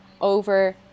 over